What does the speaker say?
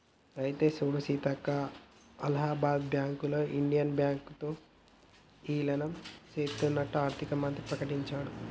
అయితే సూడు సీతక్క అలహాబాద్ బ్యాంకులో ఇండియన్ బ్యాంకు తో ఇలీనం సేత్తన్నట్టు ఆర్థిక మంత్రి ప్రకటించాడు